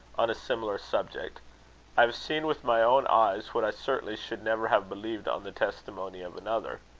on a similar subject i have seen with my own eyes what i certainly should never have believed on the testimony of another.